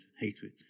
hatred